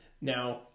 Now